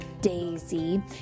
Daisy